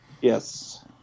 Yes